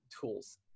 tools